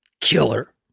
killer